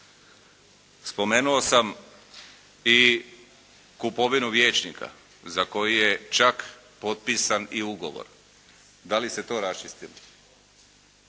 Spomenuo sam i kupovinu vijećnika za koju je čak potpisan i ugovor. Da li ste to raščistili?